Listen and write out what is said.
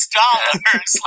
dollars